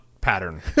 pattern